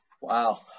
Wow